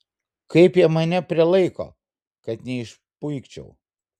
kaip jie mane prilaiko kad neišpuikčiau